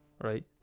right